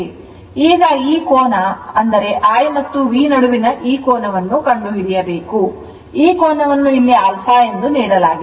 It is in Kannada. ಈಗ ಈ ಕೋನ I ಮತ್ತು V ನಡುವಿನ ಈ ಕೋನವನ್ನು ಕಂಡುಹಿಡಿಯಬೇಕು ಈ ಕೋನವನ್ನು ಇಲ್ಲಿ alpha ಎಂದು ನೀಡಲಾಗಿದೆ